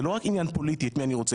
זה לא רק עניין פוליטי את מי אני רוצה